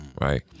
Right